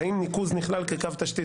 האם ניקוז נכלל כקו תשתית,